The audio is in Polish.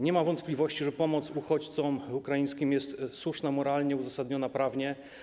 Nie ma wątpliwości, że pomoc uchodźcom ukraińskim jest słuszna moralnie, uzasadniona prawnie.